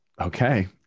okay